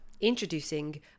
introducing